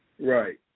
Right